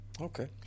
Okay